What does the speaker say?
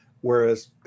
Whereas